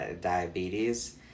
diabetes